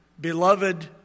beloved